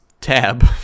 tab